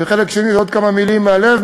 וחלק שני זה עוד כמה מילים מהלב,